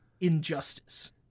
injustice